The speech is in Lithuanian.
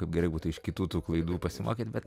kaip gerai būtų iš kitų tų klaidų pasimokyt bet